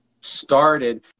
started